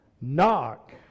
Knock